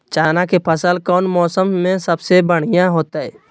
चना के फसल कौन मौसम में सबसे बढ़िया होतय?